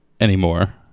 anymore